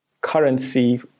currency